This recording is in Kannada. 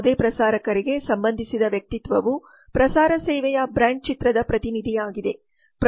ಯಾವುದೇ ಪ್ರಸಾರಕರಿಗೆ ಸಂಬಂಧಿಸಿದ ವ್ಯಕ್ತಿತ್ವವು ಪ್ರಸಾರ ಸೇವೆಯ ಬ್ರಾಂಡ್ ಚಿತ್ರದ ಪ್ರತಿನಿಧಿಯಾಗಿದೆ